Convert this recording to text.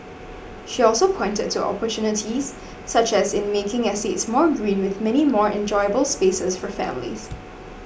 she also pointed to opportunities such as in making estates more green with many more enjoyable spaces for families